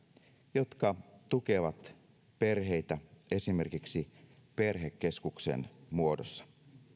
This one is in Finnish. jotka tukevat perheitä esimerkiksi perhekeskuksen muodossa